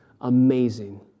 amazing